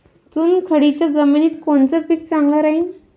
चुनखडीच्या जमिनीत कोनचं पीक चांगलं राहीन?